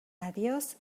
adiós